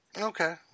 Okay